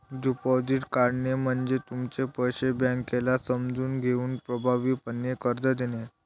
deposit काढणे म्हणजे तुमचे पैसे बँकेला समजून घेऊन प्रभावीपणे कर्ज देणे